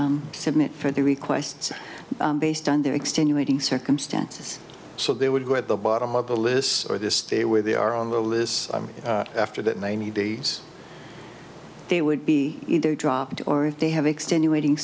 submit for the requests based on their extenuating circumstances so they would go at the bottom of the list or the stay where they are on the list after that ninety days they would be either dropped or if they have extenuating